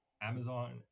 Amazon